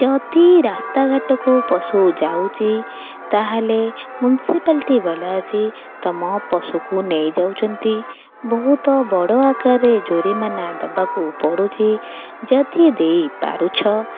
ଯଦି ରାସ୍ତାଘାଟକୁ ପଶୁ ଯାଉଛି ତା'ହେଲେ ମ୍ୟୁନିସିପାଲିଟି ବାଲା ଆସି ତୁମ ପଶୁକୁ ନେଇ ଯାଉଛନ୍ତି ବହୁତ ବଡ଼ ଆକାରରେ ଜୋରିମାନା ଦେବାକୁ ପଡ଼ୁଛି ଯଦି ଦେଇପାରୁଛ